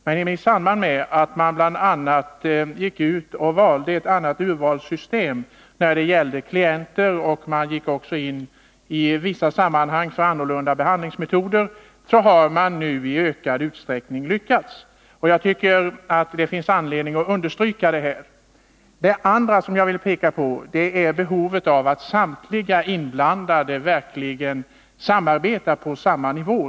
Men då valde man ett annat urvalssystem när det gäller klienter samt gick i vissa sammanhang in för annorlunda behandlingsmetoder, och därefter har man i större utsträckning lyckats. Jag tycker att det finns anledning att understryka det. För det andra är det nödvändigt att samtliga inblandade verkligen samarbetar på samma nivå.